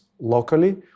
locally